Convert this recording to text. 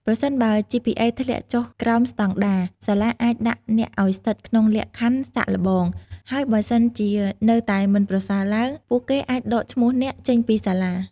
ប្រសិនបើ GPA ធ្លាក់ចុះក្រោមស្តង់ដារ សាលាអាចដាក់អ្នកឲ្យស្ថិតក្នុងលក្ខខណ្ឌសាកល្បង ហើយបើសិនជានៅតែមិនប្រសើរឡើង ពួកគេអាចដកឈ្មោះអ្នកចេញពីសាលា។